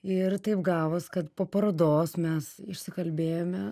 ir taip gavos kad po parodos mes išsikalbėjome